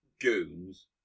goons